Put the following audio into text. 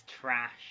trash